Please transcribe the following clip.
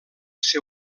ser